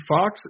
Fox